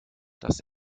das